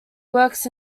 works